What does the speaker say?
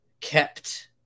kept